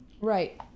Right